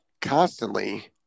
constantly